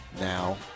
now